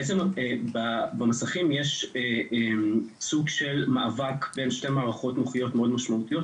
בעצם במסכים יש סוג של מאבק בין שתי מערכות --- מאוד משמעותיות.